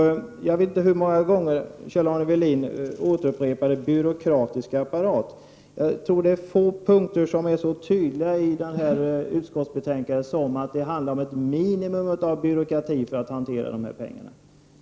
Jag vet inte hur många gånger Kjell-Arne Welin upprepade orden ”byråkratisk myndighet”, men jag tror att det är få saker som är så tydliga i det här betänkandet som att det handlar om ett minimum av byråkrati för att hantera de pengar det är fråga om.